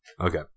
Okay